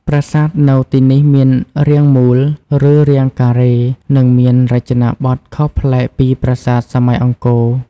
ប្រាសាទនៅទីនេះមានរាងមូល ឬរាងការ៉េ និងមានរចនាបថខុសប្លែកពីប្រាសាទសម័យអង្គរ។